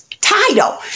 title